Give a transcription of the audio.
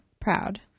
proud